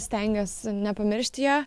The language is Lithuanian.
stengiuos nepamiršti jo